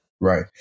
Right